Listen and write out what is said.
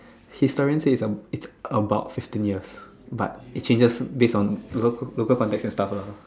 historians say it's about fifteen years but it changes base on local local context and stuff lah